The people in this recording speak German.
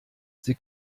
sie